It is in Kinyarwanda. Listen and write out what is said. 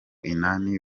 inani